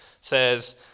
Says